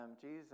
Jesus